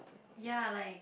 ya like